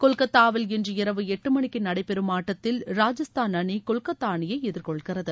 கொல்கத்தாவில் இன்று இரவு எட்டு மணிக்கு நடைபெறும் ஆட்டத்தில் ராஜஸ்தான் அணி கொல்கத்தா அணியை எதிர்கொள்கிறது